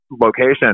Location